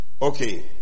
Okay